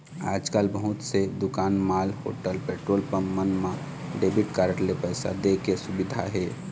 आजकाल बहुत से दुकान, मॉल, होटल, पेट्रोल पंप मन म डेबिट कारड ले पइसा दे के सुबिधा हे